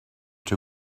two